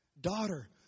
Daughter